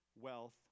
wealth